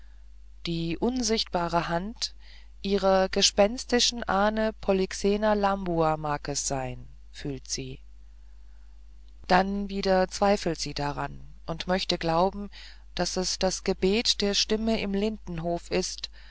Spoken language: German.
die unsichtbare hand ihrer gespenstischen ahne polyxena lambua mag es sein fühlt sie dann wieder zweifelt sie daran und möchte glauben daß es das gebet der stimme im lindenhof ist